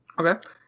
Okay